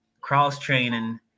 Cross-training